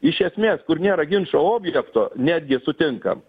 iš esmės kur nėra ginčo objekto netgi sutinkam